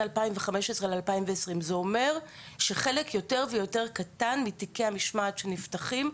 2020-2015. זה אומר שחלק יותר ויותר קטן מתיקי המשמעת שנפתחים,